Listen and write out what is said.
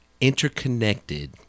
interconnected